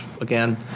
again